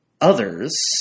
others